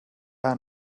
han